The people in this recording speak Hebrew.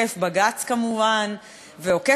ועוקף בג"ץ בצורה קשה.